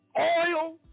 oil